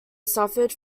suffered